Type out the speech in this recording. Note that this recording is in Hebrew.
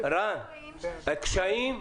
הקשיים,